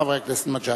חבר הכנסת מג'אדלה.